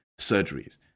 surgeries